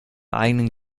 eigenen